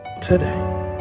today